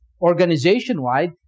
Organization-wide